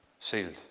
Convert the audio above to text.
Sealed